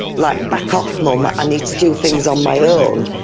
like, back off mum, i need to do things on my own.